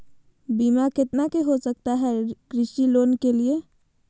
बीमा कितना के हो सकता है कृषि लोन के लिए?